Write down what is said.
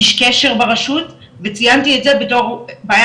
איש קשר ברשות וציינתי את זה בתור בעיה